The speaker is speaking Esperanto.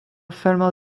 fermo